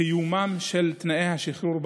את קיומם של תנאי השחרור בערובה,